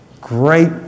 great